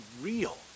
real